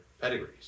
pedigrees